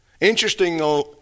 Interesting